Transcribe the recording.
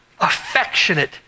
affectionate